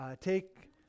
take